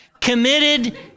Committed